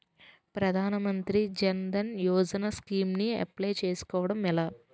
ప్రధాన మంత్రి జన్ ధన్ యోజన స్కీమ్స్ కి అప్లయ్ చేసుకోవడం ఎలా?